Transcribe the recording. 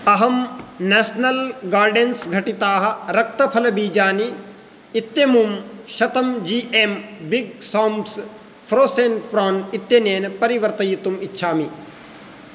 अहं national gardens घटिताः रक्तफलबीजानि इत्यमुं शतं जी एम् बिग् साम्स् फ़्रोसेन्स् फ़्रान् इत्यनेन परिवर्तयितुम् इच्छामि